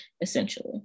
essentially